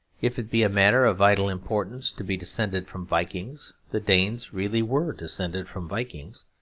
if it be a matter of vital importance to be descended from vikings, the danes really were descended from vikings,